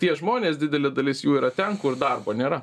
tie žmonės didelė dalis jų yra ten kur darbo nėra